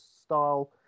style